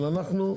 אבל, אנחנו,